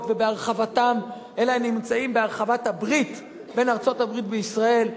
ובהרחבתן אלא הם נמצאים בהרחבת הברית בין ארצות-הברית וישראל,